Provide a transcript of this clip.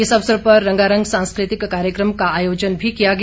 इस अवसर पर रंगारंग सांस्कृतिक कार्यक्रम का आयोजन भी किया गया